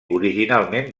originalment